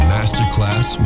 Masterclass